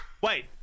Wait